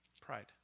pride